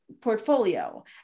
portfolio